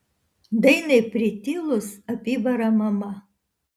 dainai pritilus apibara mama